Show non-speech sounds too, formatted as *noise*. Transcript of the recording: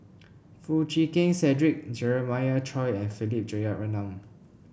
*noise* Foo Chee Keng Cedric Jeremiah Choy and Philip Jeyaretnam